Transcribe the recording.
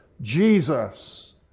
Jesus